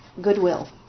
Goodwill